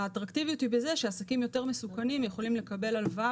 האטרקטיביות היא בכך שעסקים מסוכנים יותר יכולים לקבל הלוואה